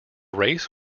race